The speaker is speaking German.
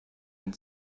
ein